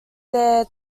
their